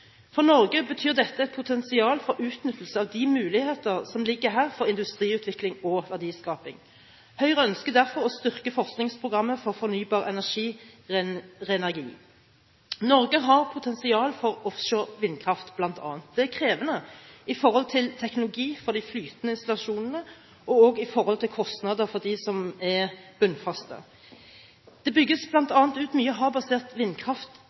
For Norge betyr dette et potensial for utnyttelse av de mulighetene som ligger her for industriutvikling og verdiskaping. Høyre ønsker derfor å styrke forskningsprogrammet for fornybar energi, RENERGI. Norge har potensial for offshore vindkraft bl.a. Det er krevende i forhold til teknologi for de flytende stasjonene og også i forhold til kostnader for de bunnfaste. Det bygges bl.a. ut mye havbasert vindkraft